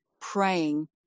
praying